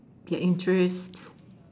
their interest